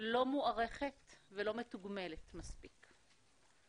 שלא מוערכת ולא מתוגמלת מספיק.